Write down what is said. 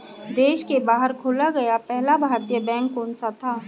देश के बाहर खोला गया पहला भारतीय बैंक कौन सा था?